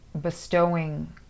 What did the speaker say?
bestowing